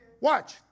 Watch